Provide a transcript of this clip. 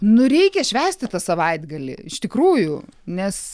nu reikia švęsti tą savaitgalį iš tikrųjų nes